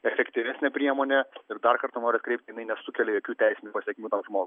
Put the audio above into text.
efektyvesnė priemonė ir dar kartą noriu atkreipti jinai nesukelia jokių teisinių pasekmių tam žmogui